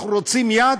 אנחנו רוצים יד,